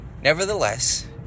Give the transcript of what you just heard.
Nevertheless